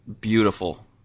beautiful